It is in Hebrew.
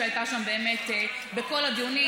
שהייתה שם באמת בכל הדיונים,